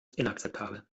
inakzeptabel